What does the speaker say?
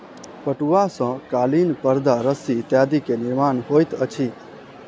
पटुआ सॅ कालीन परदा रस्सी इत्यादि के निर्माण होइत अछि